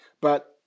But-